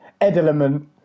Edelman